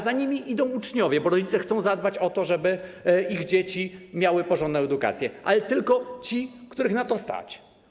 Za nimi idą uczniowie, bo rodzice chcą zadbać o to, żeby ich dzieci miały porządną edukację, ale tylko ci, których na to stać.